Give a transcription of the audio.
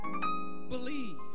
believe